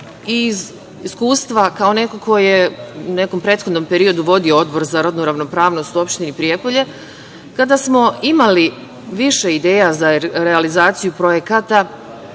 iz iskustva kao neko ko je u nekom prethodnom periodu vodio Odbor za rodnu ravnopravnost u opštini Prijepolje, kada smo imali više ideja za realizaciju projekata